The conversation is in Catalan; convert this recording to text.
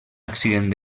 accident